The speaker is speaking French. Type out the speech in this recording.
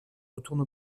retourne